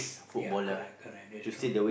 ya correct correct that's true